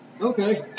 Okay